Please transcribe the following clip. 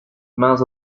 mains